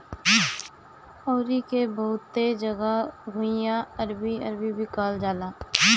अरुई के बहुते जगह घुइयां, अरबी, अरवी भी कहल जाला